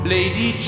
Lady